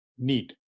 Need